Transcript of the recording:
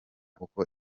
uko